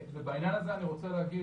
בעניין הזה אני רוצה להגיד